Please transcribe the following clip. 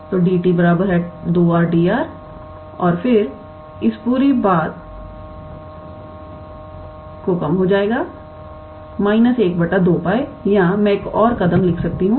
तो dt 2𝑟𝑑𝑟 और फिर इस पूरी बात कम हो जाएगा 1 2πया मैं एक और कदम लिख सकती हूं